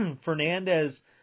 Fernandez